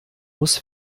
muss